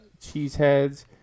Cheeseheads